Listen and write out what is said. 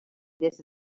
this